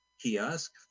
kiosk